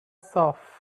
صاف